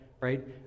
right